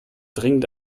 dringend